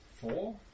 Four